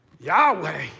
Yahweh